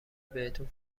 بهتون